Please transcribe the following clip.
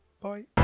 bye